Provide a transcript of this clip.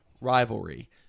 Rivalry